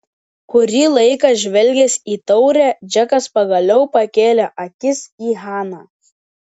kurį laiką žvelgęs į taurę džekas pagaliau pakėlė akis į haną